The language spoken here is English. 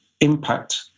impact